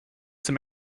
some